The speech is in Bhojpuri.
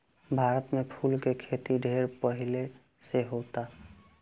भारत में फूल के खेती ढेर पहिले से होता